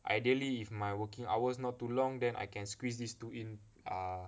ideally if my working hours not too long then I can squeeze these two in err